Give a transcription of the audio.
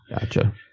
Gotcha